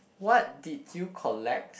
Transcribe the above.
what did you collect